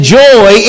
joy